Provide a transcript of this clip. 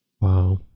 Wow